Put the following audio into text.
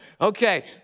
Okay